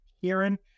kieran